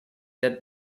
that